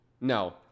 No